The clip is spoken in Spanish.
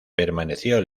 permaneció